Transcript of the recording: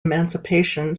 emancipation